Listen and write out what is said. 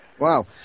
Wow